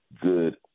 good